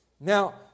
Now